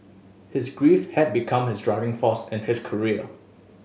his grief had become his driving force in his career